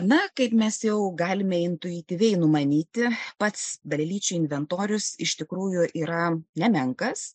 na kaip mes jau galime intuityviai numanyti pats dalelyčių inventorius iš tikrųjų yra nemenkas